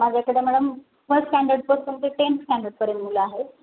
माझ्याकडे madam first स्टँडर्डपासून ते टेंथ स्टँडर्डपर्यंत मुलं आहेत